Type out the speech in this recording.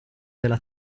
della